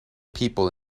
people